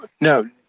no